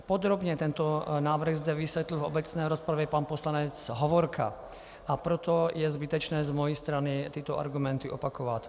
Podrobně tento návrh zde vysvětlil v obecné rozpravě pan poslanec Hovorka, a proto je zbytečné z mé strany tyto argumenty opakovat.